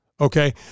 okay